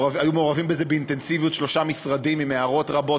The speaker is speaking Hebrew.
היו מעורבים בזה באינטנסיביות שלושה משרדים עם הערות רבות,